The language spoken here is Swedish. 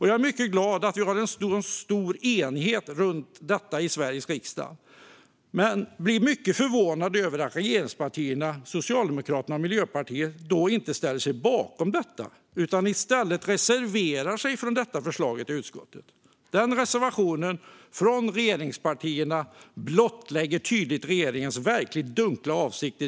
Jag är mycket glad att vi har en sådan stor enighet runt detta i Sveriges riksdag. Men jag blir mycket förvånad över att regeringspartierna, Socialdemokraterna och Miljöpartiet, inte ställer sig bakom detta utan i stället reserverar sig mot detta förslag i utskottet. Den reservationen från regeringspartierna blottlägger tydligt regeringens dunkla avsikter.